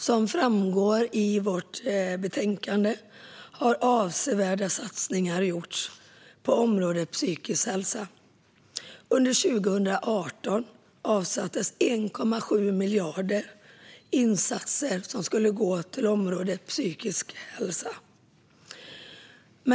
Som framgår av vårt betänkande har avsevärda satsningar gjorts på detta område. Under 2018 avsattes 1,7 miljarder för insatser som skulle gå till området psykisk hälsa.